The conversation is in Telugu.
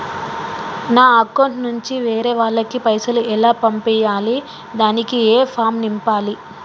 నా అకౌంట్ నుంచి వేరే వాళ్ళకు పైసలు ఎలా పంపియ్యాలి దానికి ఏ ఫామ్ నింపాలి?